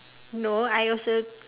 no I also